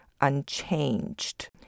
unchanged